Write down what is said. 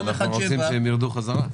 אבל אנחנו רוצים שהם ירדו בחזרה.